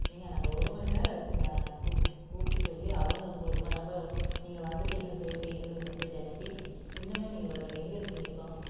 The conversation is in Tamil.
ஏங்க நாங்கள் ஒரு மணி நேரம் ஆச்சுங்க கூப் கூப்பிட்டு சொல்லி அவங்க உங் உங்கள் நம்பரை நீங்கள் வந்துட்டிங்கன்னு சொல்லிட்டு எங்களுக்கு மெசேஜ் அனுப்பி இன்னுமே நீங்கள் வரலை எங்கே இருக்கீங்க இப்போது